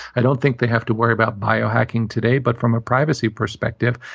i don't think they have to worry about bio-hacking today. but from a privacy perspective,